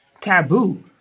taboo